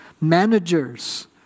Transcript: managers